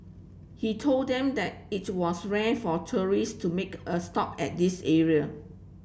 he told them that it was rare for tourist to make a stop at this area